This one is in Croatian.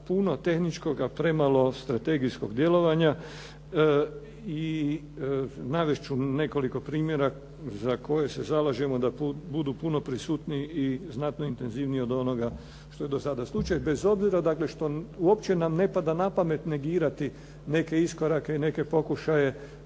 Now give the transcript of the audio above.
puno tehničkoga, a premalo strategijskog djelovanja i navest ću nekoliko primjera za koje se zalažemo da budu puno prisutniji i znatno intenzivniji od onoga što je do sada slučaj, bez obzira dakle što uopće nam ne pada na pamet negirati neke iskorake i neke pokušaje